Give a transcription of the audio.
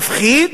מפחיד,